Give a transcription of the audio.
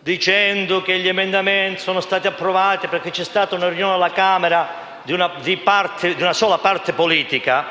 dicendo che gli emendamenti sono stati approvati perché vi è stata una riunione alla Camera di una sola parte politica,